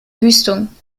wüstung